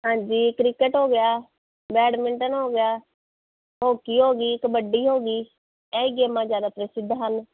ਹਾਂਜੀ ਕ੍ਰਿਕਟ ਹੋ ਗਿਆ ਬੈਡਮਿੰਟਨ ਹੋ ਗਿਆ ਹੋਕੀ ਹੋ ਗਈ ਕਬੱਡੀ ਹੋ ਗਈ ਇਹੀ ਗੇਮਾਂ ਜ਼ਿਆਦਾ ਪ੍ਰਸਿੱਧ ਹਨ